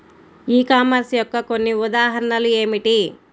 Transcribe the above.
ఈ కామర్స్ యొక్క కొన్ని ఉదాహరణలు ఏమిటి?